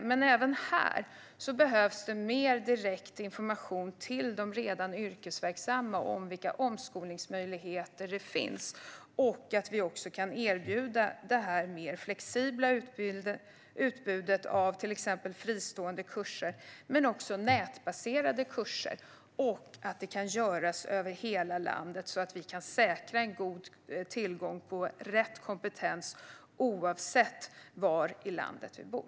Även i fråga om det behövs mer direkt information till de redan yrkesverksamma om vilka omskolningsmöjligheter som finns och om att vi också kan erbjuda detta mer flexibla utbud av till exempel fristående och nätbaserade kurser och att detta kan ske över hela landet, så att vi kan säkra en god tillgång på rätt kompetens oavsett var i landet man bor.